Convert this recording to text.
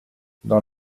dans